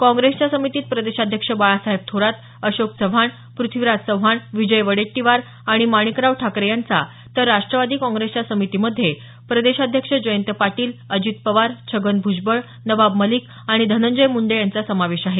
काँग्रेसच्या समितीत प्रदेशाध्यक्ष बाळासाहेब थोरात अशोक चव्हाण पृथ्वीराज चव्हाण विजय वडेट्टीवार आणि माणिकराव ठाकरे यांचा तर राष्टवादी काँग्रेसच्या समितीमध्ये प्रदेशाध्यक्ष जयंत पाटील अजित पवार छगन भूजबळ नवाब मलिक आणि धनंजय मुंडे यांचा समावेश आहे